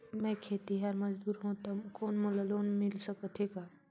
मैं खेतिहर मजदूर हों ता कौन मोला लोन मिल सकत हे का?